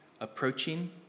approaching